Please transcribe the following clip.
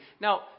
Now